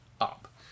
up